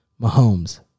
Mahomes